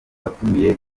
watumiye